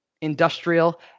Industrial